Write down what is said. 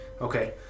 Okay